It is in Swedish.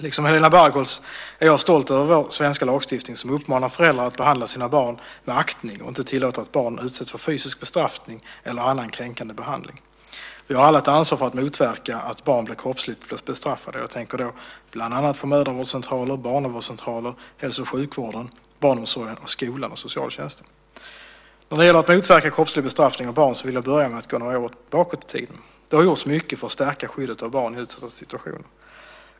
Liksom Helena Bargholtz är jag stolt över vår svenska lagstiftning som uppmanar föräldrar att behandla sina barn med aktning och inte tillåter att barn utsätts för fysisk bestraffning eller annan kränkande behandling. Vi har alla ett ansvar för att motverka att barn blir kroppsligt bestraffade. Jag tänker då bland annat på mödravårdcentraler, barnavårdscentraler, hälso och sjukvården, barnomsorgen, skolan och socialtjänsten. När det gäller att motverka kroppslig bestraffning av barn vill jag börja med att gå några år bakåt i tiden. Det har gjorts mycket för att stärka skyddet av barn i utsatta situationer.